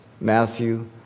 Matthew